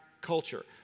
culture